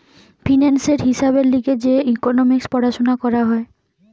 ফিন্যান্সের হিসাবের লিগে যে ইকোনোমিক্স পড়াশুনা করা হয়